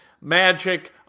magic